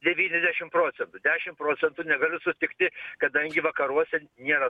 devyniasdešimt procentų dešimt procentų negaliu sutikti kadangi vakaruose nėra